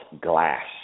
glass